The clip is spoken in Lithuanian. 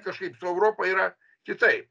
kažkaip su europa yra kitaip